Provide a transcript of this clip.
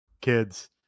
kids